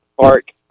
park